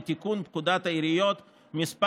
דין רציפות על הצעת חוק לתיקון פקודת העיריות (מס'